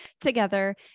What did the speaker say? together